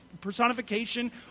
personification